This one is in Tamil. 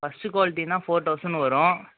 ஃபர்ஸ்ட்டு குவாலிட்டின்னா ஃபோர் தவுசண்ட் வரும்